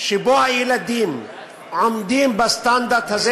שבו הילדים עומדים בסטנדרט הזה,